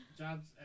jobs